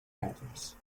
cartoons